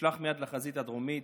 נשלח מייד לחזית הדרומית,